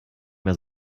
mehr